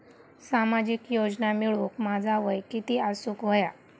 सामाजिक योजना मिळवूक माझा वय किती असूक व्हया?